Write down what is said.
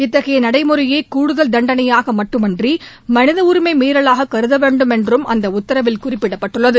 இத்தகைய நடைமுறையை கூடுதல் தண்டனையாக மட்டுமன்றி மனித உரிமை மீறலாக கருத வேண்டுமென்றும் அந்த உத்தரவில் குறிப்பிடப்பட்டுள்ளது